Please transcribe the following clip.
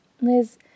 Liz